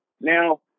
Now